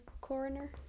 Coroner